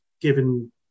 given